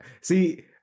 see